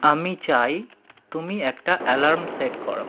আমি চাই তুমি একটা অ্যালার্ম সেট করো